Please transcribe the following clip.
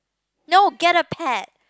no get a pet